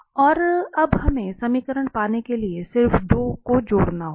और अब हमें समीकरण पाने के लिए सिर्फ 2 को जोड़ना होगा